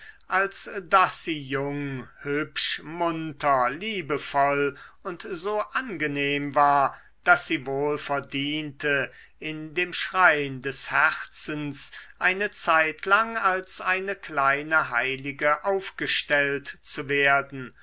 als daß sie jung hübsch munter liebevoll und so angenehm war daß sie wohl verdiente in dem schrein des herzens eine zeitlang als eine kleine heilige aufgestellt zu werden